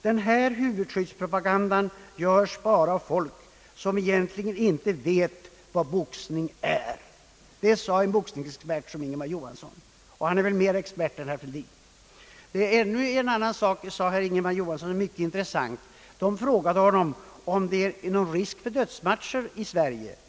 Den här huvudskyddspropagandan görs bara av folk som egentligen inte vet vad boxning är.» Det sade en boxningsexpert som Ingemar Johansson, och han är väl mera expert än herr Fälldin. Ännu en sak, en mycket intressant gak, sade Ingemar Johansson. Man frågade honom om det är risk för dödsmatcher i Sverige.